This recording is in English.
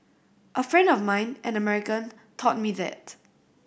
a friend of mine an American taught me that